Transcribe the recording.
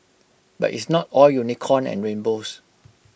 but it's not all unicorn and rainbows